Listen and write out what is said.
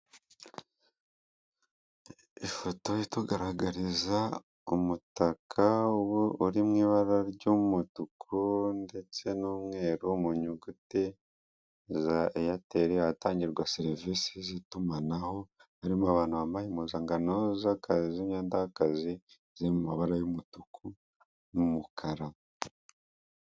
Ifoto itugaragariza umutaka ubu uri mu ibara ry'umutuku ndetse n'umweru mu nyuguti za ayateri hatangirwa serivisi z'itumanaho harimo abantu bambaye impuzankano z'akazi n'imyenda y'akazi ziri mu mabara y'umutuku n'umukara.